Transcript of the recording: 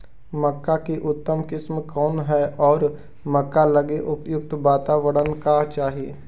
मक्का की उतम किस्म कौन है और मक्का लागि उपयुक्त बाताबरण का चाही?